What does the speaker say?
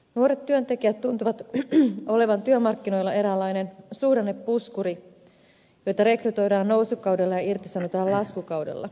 nuoret työntekijät tuntuvat olevan työmarkkinoilla eräänlainen suhdannepuskuri joita rekrytoidaan nousukaudella ja irtisanotaan laskukaudella